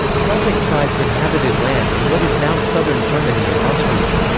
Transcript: celtic tribes inhabited land in what is now southern germany and austria.